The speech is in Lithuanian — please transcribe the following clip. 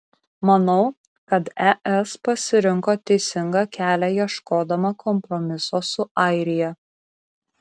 manau kad es pasirinko teisingą kelią ieškodama kompromiso su airija